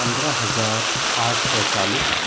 پندرہ ہزار آٹھ سو چالیس